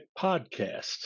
Podcast